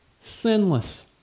sinless